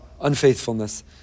unfaithfulness